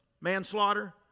manslaughter